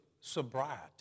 Sobriety